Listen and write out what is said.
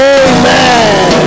amen